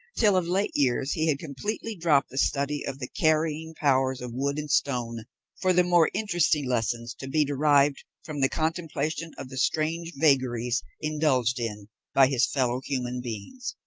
till of late years he had completely dropped the study of the carrying powers of wood and stone for the more interesting lessons to be derived from the contemplation of the strange vagaries indulged in by his fellow human beings.